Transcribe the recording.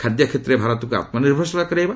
ଖାଦ୍ୟକ୍ଷେତ୍ରରେ ଭାରତକ୍ତ ଆତୁନିର୍ଭରଶୀଳ କରାଇବା